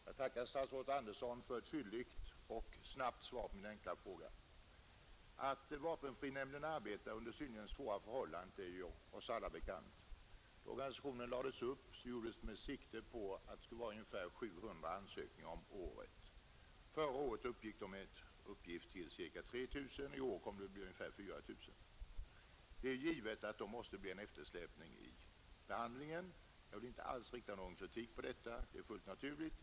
Herr talman! Jag tackar statsrådet Andersson för ett fylligt och snabbt svar på min enkla fråga. Att vapenfrinämnden arbetar under synnerligen svära förhållanden är ju oss alla bekant. Då organisationen lades upp gjordes det med sikte på att det skulle vara ungefär 700 ansökningar om året. Förra året uppgick de till ca 3 000. I år kommer det enligt uppgift att bli ungefär 4 000. Det är givet att det da blir en eftersläpning i behandlingen. Jag vill inte alls rikta någon kritik mot det. Det är fullt naturligt.